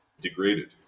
degraded